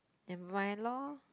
never mind loh